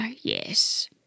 yes